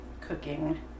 cooking